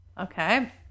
Okay